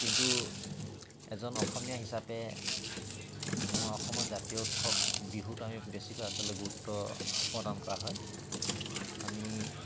কিন্তু এজন অসমীয়া হিচাপে আমাৰ অসমৰ জাতীয় উৎসৱ বিহুত আমি বেছিকৈ আচলতে গুৰুত্ব প্ৰদান কৰা হয় আমি